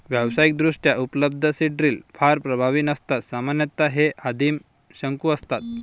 व्यावसायिकदृष्ट्या उपलब्ध seed drill फार प्रभावी नसतात सामान्यतः हे आदिम शंकू असतात